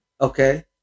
okay